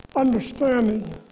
Understanding